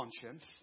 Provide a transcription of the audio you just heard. conscience